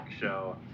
show